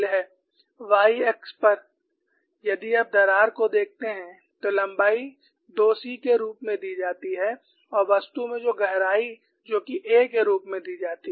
y अक्ष पर यदि आप दरार को देखते हैं तो लंबाई 2 c के रूप में दी जाती है और वस्तु में गहराई जो कि a के रूप में दी जाती है